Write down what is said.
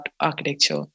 architecture